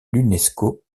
l’unesco